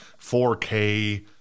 4K